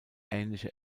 ähnliche